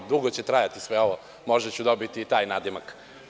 Dugo će trajati sve ovo, možda ću dobiti i taj nadimak.